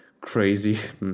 crazy